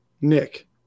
Nick